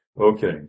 okay